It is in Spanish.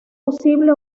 posible